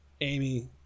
Amy